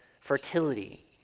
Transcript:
fertility